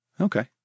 okay